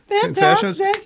Fantastic